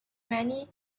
many